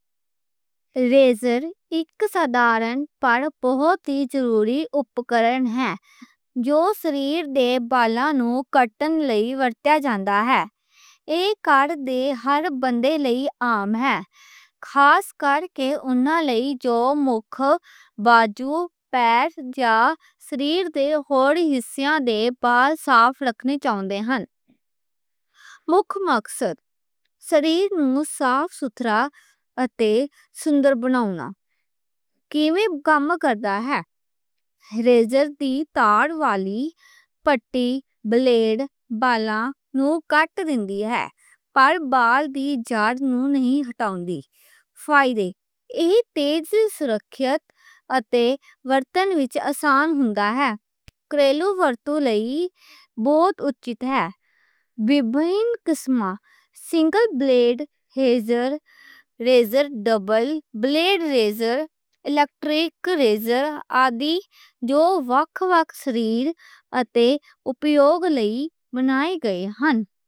ریزر اک سادہ پر بہُت ضروری اوزار ہے، جو شریر دے والاں نوں کٹݨ لئی ورتیا جاندا ہے۔ ایہ ہر بندے لئی عام ہے۔ خاص کرکے اونہاں لئی جو منہ، باہواں، پیر یا شریر دے ہولی حصے دے وال صاف رکھنا چاہندے ہن۔ مکھ مقصد، شریر نوں صاف ستھرا اتے سندر بناؤݨ بارے کم کردا ہے۔ ریزر دی سٹرپ والی پٹی، بلیڈ، والاں نوں کٹ دیندی ہے، پر وال دی جڑ نوں نہیں ہٹاؤندی۔ فائدے: ایہ تیز، سرکشت اتے ورتن وِچ آسان ہُندا ہے۔ خاصی ورتوں لئی بہُت اُچِت ہے۔ وکھ وکھ قسمہ: single blade, double blade razor, electric razor, disposable blades آدی، جو وکھ وکھ شریر اتے اپیوگ لئی بنائیاں گئیاں ہن۔